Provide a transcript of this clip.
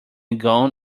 gown